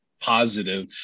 positive